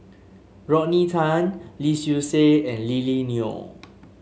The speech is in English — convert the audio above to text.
Rodney Tan Lee Seow Ser and Lily Neo